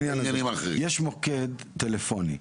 יש מוקד טלפוני.